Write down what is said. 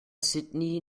sydney